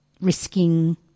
risking